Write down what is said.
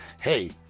hey